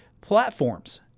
platforms